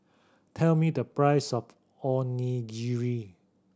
tell me the price of Onigiri